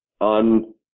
on